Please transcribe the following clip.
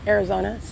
Arizona